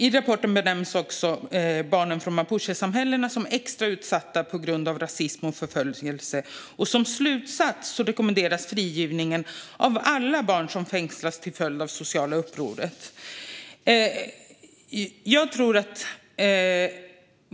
I rapporten benämns vidare barnen från mapuchesamhällena som extra utsatta på grund av rasism och förföljelse. Som slutsats rekommenderas frigivning av alla barn som fängslats till följd av det sociala upproret.